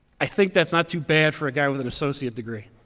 i think that's not too bad for a guy with an associate degree.